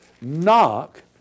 Knock